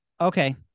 Okay